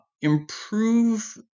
improve